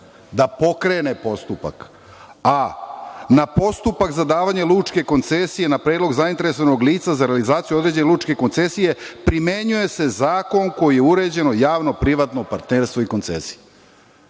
Da pokrene postupak, a na postupak za davanje lučke koncesije na predlog zainteresovanog lica za realizaciju određene lučke koncesije primenjuje se zakon koji je uređeno javno privatno partnerstvo i koncesija.